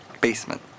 basement